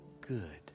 good